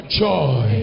joy